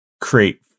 create